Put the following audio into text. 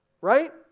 Right